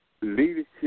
leadership